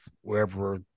wherever